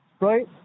right